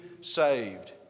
saved